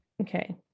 Okay